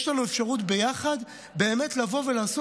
יש לנו אפשרות ביחד באמת לבוא ולעשות